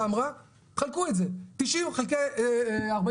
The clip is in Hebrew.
אמרה; תחלקו את זה: 90 מיליון חלקי 40,000,